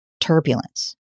turbulence